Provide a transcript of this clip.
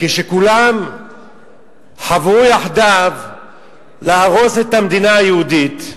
כשכולם חברו יחדיו להרוס את המדינה היהודית,